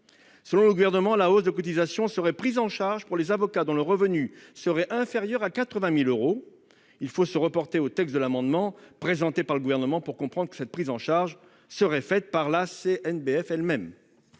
Selon le Gouvernement, la hausse de cotisation serait prise en charge « pour les avocats dont le revenu serait inférieur à 80 000 euros ». Il faut se reporter au texte de l'amendement présenté par le Gouvernement pour comprendre que cette prise en charge serait faite par la CNBF elle-même